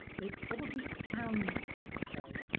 they probably sound much the same.